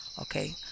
okay